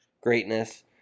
Greatness